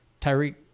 Tyreek